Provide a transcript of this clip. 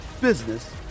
business